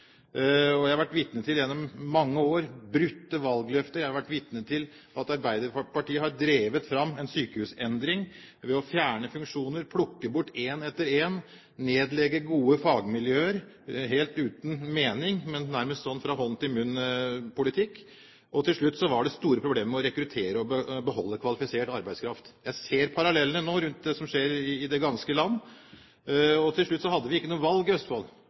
Sarpsborg. Jeg har gjennom mange år vært vitne til brutte valgløfter. Jeg har vært vitne til at Arbeiderpartiet har drevet fram sykehusendringer ved å fjerne funksjoner, plukke dem bort en etter en, nedlegge gode fagmiljøer, helt uten mening, men nærmest som en hånd-til-munn-politikk. Det ble store problemer med å rekruttere og beholde kvalifisert arbeidskraft – jeg ser nå paralleller til det som skjer i det ganske land. Til slutt hadde vi ikke noe valg i Østfold.